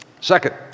Second